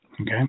Okay